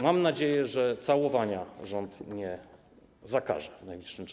Mam nadzieję, że całowania rząd nie zakaże w najbliższym czasie.